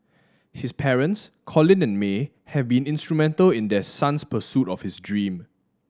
his parents Colin and May have been instrumental in their son's pursuit of his dream